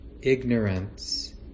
ignorance